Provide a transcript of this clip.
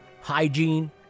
hygiene